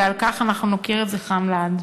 ועל כך אנחנו נוקיר את זכרם לעד.